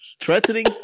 Threatening